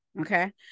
okay